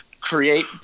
create